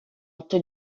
otto